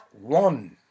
one